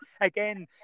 again